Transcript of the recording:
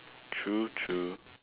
true true